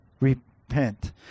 repent